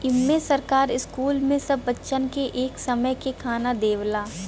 इम्मे सरकार स्कूल मे सब बच्चन के एक समय के खाना देवला